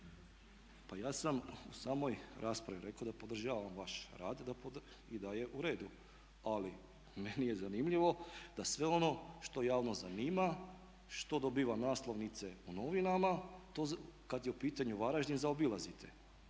Ja sam u samoj raspravi rekao da podržavam vaš rad i da je u redu, ali meni je zanimljivo da sve ono što javnost zanima, što dobiva naslovnice u novinama to kad je u pitanju Varaždin zaobilazite.